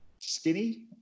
skinny